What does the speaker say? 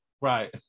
Right